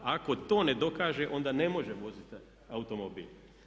Ako to ne dokaže onda ne može voziti automobil.